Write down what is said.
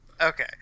Okay